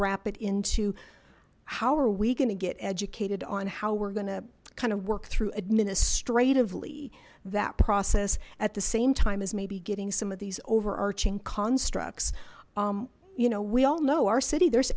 wrap it into how are we going to get educated on how we're going to kind of work through administrative lea that process at the same time as maybe getting some of these overarching constructs you know we all know our city there's